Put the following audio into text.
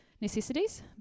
necessities